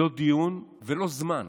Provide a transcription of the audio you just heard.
לא דיון ולא זמן.